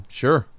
sure